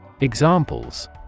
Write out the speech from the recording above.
Examples